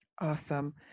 Awesome